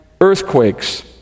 earthquakes